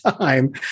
time